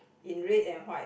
in red and white